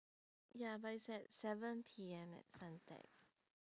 ya but it's at seven P_M at